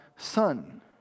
son